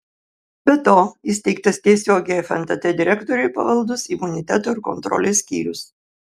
be to įsteigtas tiesiogiai fntt direktoriui pavaldus imuniteto ir kontrolės skyrius